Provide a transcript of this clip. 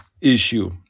issue